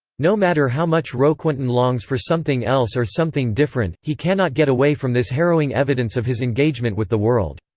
no matter how much roquentin longs for something else or something different, he cannot get away from this harrowing evidence of his engagement with the world.